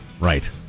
Right